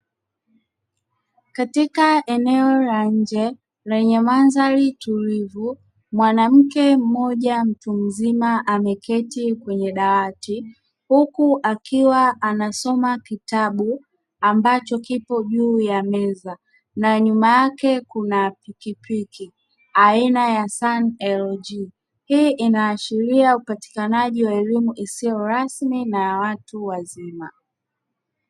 Katika eneo la nje lenye mandhari tulivu mwanamke mmoja mtu mzima ameketi kwenye dawati huku akiwa anasoma kitabu ambacho kipo juu ya meza na nyuma yake kuna pikipiki aina ya "SANLG", hii inaashiria upatikanaji wa elimu isiyo rasmi na ya watu wazima.